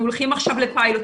אנחנו הולכים עכשיו לפיילוטים.